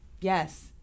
Yes